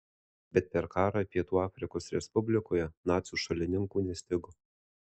bet per karą pietų afrikos respublikoje nacių šalininkų nestigo